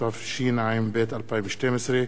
התשע"ב 2012,